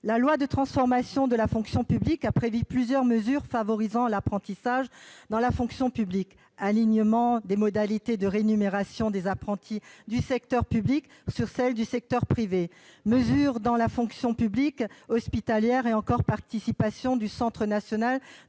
La loi de transformation de la fonction publique a prévu plusieurs mesures favorisant l'apprentissage dans la fonction publique : alignement des modalités de rémunération des apprentis du secteur public sur celles des apprentis du secteur privé, mesures dans la fonction publique hospitalière, ou encore participation du Centre national